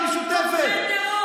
אנחנו, תומכי טרור.